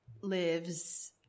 lives